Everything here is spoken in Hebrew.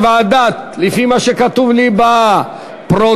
לפי מה שכתוב לי בפרוטוקול,